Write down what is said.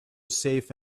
safe